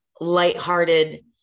lighthearted